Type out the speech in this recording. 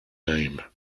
name